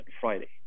Friday